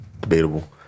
Debatable